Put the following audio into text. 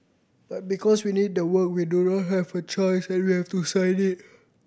but because we need the work we don not have a choice and we have to sign it